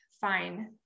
fine